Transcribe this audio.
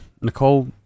Nicole